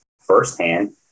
Firsthand